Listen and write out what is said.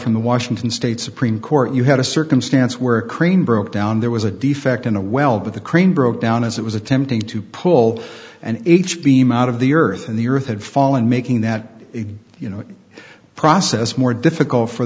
from the washington state supreme court you had a circumstance where a crane broke down there was a defect in a well but the crane broke down as it was attempting to pull an h beam out of the earth and the earth had fallen making that you know process more difficult for